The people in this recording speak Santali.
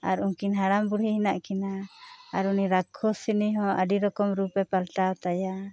ᱟᱨ ᱩᱱᱠᱤᱱ ᱦᱟᱲᱟᱢ ᱵᱩᱲᱦᱤ ᱢᱮᱱᱟᱜ ᱠᱤᱱᱟ ᱟᱨ ᱩᱱᱤ ᱨᱟᱠᱠᱷᱚᱥᱤᱱᱤ ᱦᱚᱸ ᱟᱹᱰᱤ ᱨᱚᱠᱚᱢ ᱨᱩᱯᱮ ᱯᱟᱞᱴᱟᱣ ᱛᱟᱭᱟ